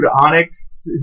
Onyx